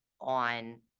on